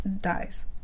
Dies